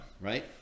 right